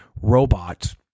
robot